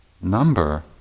number